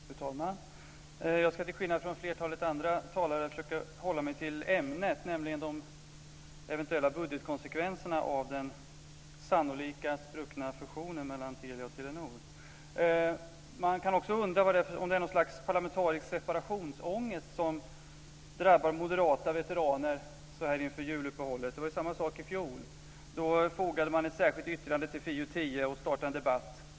Fru talman! Jag ska till skillnad från flertalet andra talare försöka hålla mig till ämnet, nämligen de eventuella budgetkonsekvenserna av den sannolika spruckna fusionen mellan Telia och Telenor. Man kan också undra om det är något slags parlamentarisk separationsångest som drabbar moderata veteraner så här inför juluppehållet. Det var samma sak i fjol. Då fogade man ett särskilt yttrande till FiU10 och startade en debatt.